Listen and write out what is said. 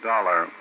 Dollar